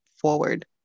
forward